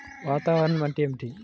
వాతావరణం అంటే ఏమిటి?